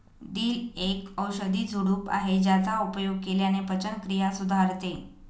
दिल एक औषधी झुडूप आहे ज्याचा उपयोग केल्याने पचनक्रिया सुधारते